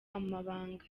amabanga